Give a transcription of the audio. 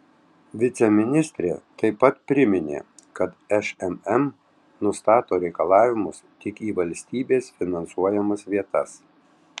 viceministrė taip pat priminė kad šmm nustato reikalavimus tik į valstybės finansuojamas vietas